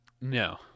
no